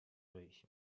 euch